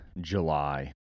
July